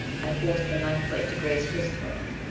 i forced the knife-blade to graze his throat.